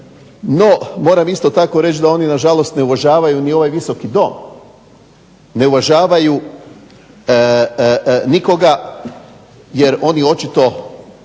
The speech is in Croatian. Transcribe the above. No, moram isto tako reći da oni ne uvažavaju nažalost ni ovaj Visoki dom, ne uvažavaju nikoga jer oni očito